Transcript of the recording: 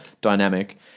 dynamic